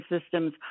systems